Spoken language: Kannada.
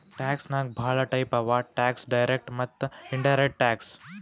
ಟ್ಯಾಕ್ಸ್ ನಾಗ್ ಭಾಳ ಟೈಪ್ ಅವಾ ಟ್ಯಾಕ್ಸ್ ಡೈರೆಕ್ಟ್ ಮತ್ತ ಇನಡೈರೆಕ್ಟ್ ಟ್ಯಾಕ್ಸ್